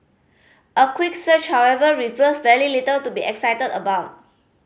a quick search however reveals very little to be excited about